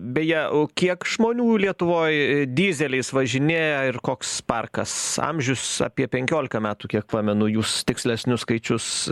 beje o kiek žmonių lietuvoj dyzeliais važinėja ir koks parkas amžius apie penkiolika metų kiek pamenu jūs tikslesnius skaičius